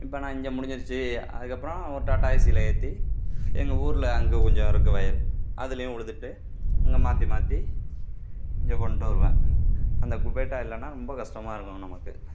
இப்போ நான் இங்கே முடிஞ்சிடுச்சு அதுக்கு அப்றம் ஒரு டாட்டா ஏஸில் ஏற்றி எங்கள் ஊரில் அங்கே கொஞ்சம் இருக்கு வயல் அதுலேயும் உழுதுகிட்டு இங்கே மாற்றி மாற்றி இங்கே கொண்டு வருவேன் அந்த குபேட்டா இல்லைனா ரொம்ப கஷ்டமாயிருக்கும் நமக்கு